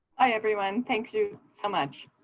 bye everyone. thank you so much.